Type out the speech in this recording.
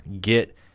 get